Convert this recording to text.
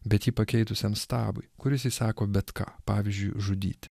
bet jį pakeitusiam stabui kuris įsako bet ką pavyzdžiui žudyti